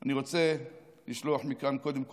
אני רוצה לשלוח קודם כול,